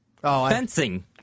Fencing